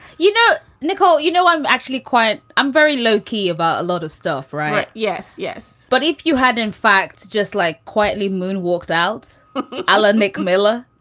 you know, nicole you know, i'm actually quite i'm very low key about a lot of stuff, right? yes. yes. but if you had, in fact, just like quietly moonwalked out ah and make mila,